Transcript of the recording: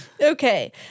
Okay